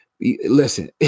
Listen